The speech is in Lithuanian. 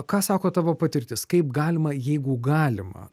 ką sako tavo patirtis kaip galima jeigu galima